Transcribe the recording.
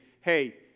hey